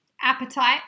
appetite